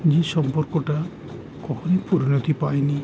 যে সম্পর্কটা কখনই পরিণতি পায়নি